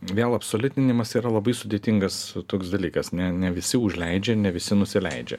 vėl absoliutinimas yra labai sudėtingas toks dalykas ne ne visi užleidžia ne visi nusileidžia